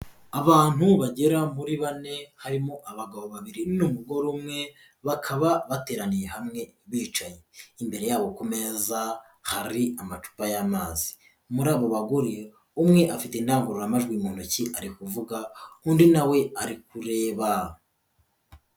Abantu bagera muri bane harimo abagabo babiri n'umugore umwe, bakaba bateraniye hamwe bicaye, imbere yabo ku meza hari amacupa y'amazi, muri abo bagore umwe afite indangururamajwi mu ntoki ari kuvuga, undi nawe ari kureba.